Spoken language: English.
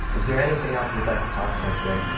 is there anything else we'd like to talk about today?